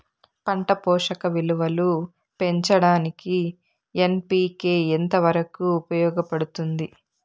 పంట పోషక విలువలు పెంచడానికి ఎన్.పి.కె ఎంత వరకు ఉపయోగపడుతుంది